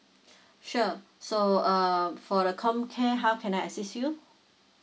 sure so uh for the comcare how can I assist you